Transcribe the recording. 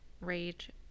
rage